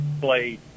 played –